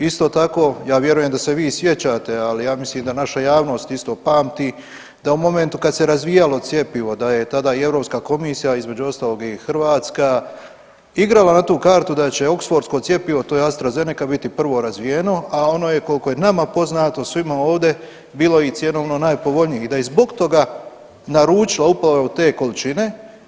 Isto tako, ja vjerujem da se vi sjećate ali ja mislim da naša javnost isto pamti da u momentu kada se razvijalo cjepivo da je tada i Europska komisija između ostalog i Hrvatska igrala na tu kartu da će Oxfordsko cjepivo to je Astra Zeneca biti prvo razvijeno, a ono je koliko je nama poznato svima ovdje bilo i cjenovno najpovoljnije i da je zbog toga naručila upravo te količine.